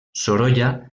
sorolla